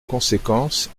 conséquence